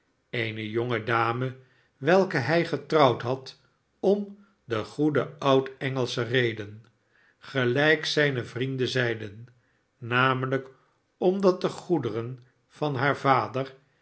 eene jonge dame welke hij getrouwd had om de goede oud-engelsche reden gelijk zijne vrienden zeiden namelijk omdat de goederen van haar vader